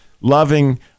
loving